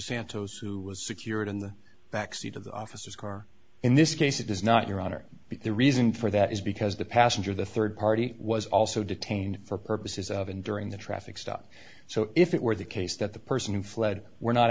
santos who was secured in the back seat of the officers car in this case it is not your honor but the reason for that is because the passenger the third party was also detained for purposes of and during the traffic stop so if it were the case that the person who fled were not